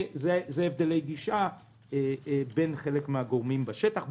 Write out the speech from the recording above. זה הבדלי גישה בין חלק מהגורמים בשטח.